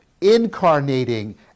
incarnating